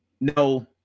no